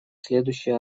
следующий